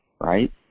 Right